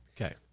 Okay